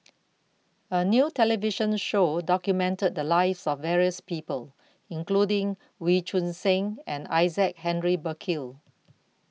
A New television Show documented The Lives of various People including Wee Choon Seng and Isaac Henry Burkill